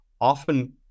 often